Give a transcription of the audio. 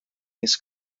his